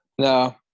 No